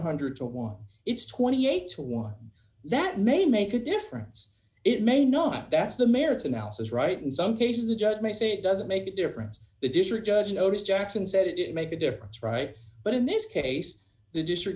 hundred to one it's twenty eight to one that may make a difference it may not that's the merits analysis right in some cases the judge may say it doesn't make a difference the district judge notice jackson said it make a difference right but in this case the district